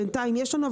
בינתיים יש לנו,